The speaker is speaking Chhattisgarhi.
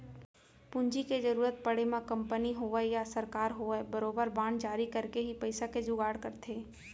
पूंजी के जरुरत पड़े म कंपनी होवय या सरकार होवय बरोबर बांड जारी करके ही पइसा के जुगाड़ करथे